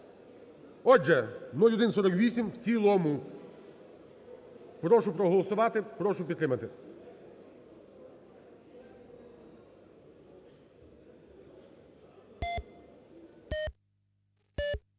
Отже, 0148 в цілому. Прошу проголосувати. Прошу підтримати.